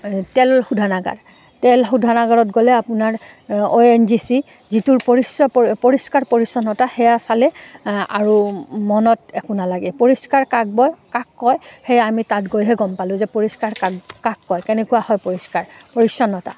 তেল শোধনাগাৰ তেল শোধনাগাৰত গ'লে আপোনাৰ অ' এন জি চি যিটোৰ পৰিচয় পৰি পৰিষ্কাৰ পৰিচ্ছন্নতা সেয়া চালে আৰু মনত একো নালাগে পৰিষ্কাৰ কাকবয় কাক কয় সেয়া আমি তাত গৈহে গম পালোঁ যে পৰিষ্কাৰ কাক কাক কয় কেনেকুৱা হয় পৰিষ্কাৰ পৰিচ্ছন্নতা